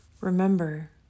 Remember